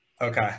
Okay